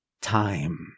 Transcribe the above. time